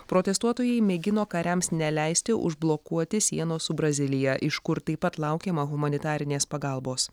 protestuotojai mėgino kariams neleisti užblokuoti sienos su brazilija iš kur taip pat laukiama humanitarinės pagalbos